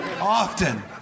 Often